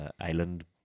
island